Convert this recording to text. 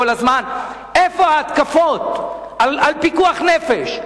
"כל הזמן" איפה ההתקפות על פיקוח נפש,